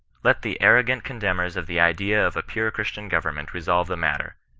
let the arrogant contemners of the idea of a pure christian government revolve the matter,